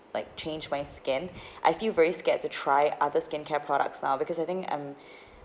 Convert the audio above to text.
like changed my skin I feel very scared to try other skincare products now because I think I'm